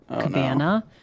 cabana